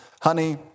Honey